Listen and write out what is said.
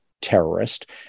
terrorist